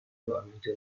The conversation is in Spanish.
nuevamente